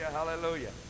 Hallelujah